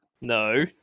No